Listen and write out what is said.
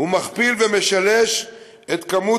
מכפיל ומשלש את מספר התעודות,